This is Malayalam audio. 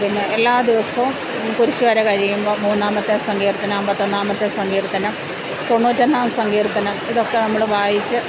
പിന്നെ എല്ലാ ദിവസവും കുരിശ് വര കഴിയുമ്പം മൂന്നാമത്തെ സങ്കീർത്തനം അമ്പത്തൊന്നാമത്തെ സങ്കീർത്തനം തൊണ്ണൂറ്റൊന്നാം സങ്കീർത്തനം ഇതൊക്കെ നമ്മൾ വായിച്ചു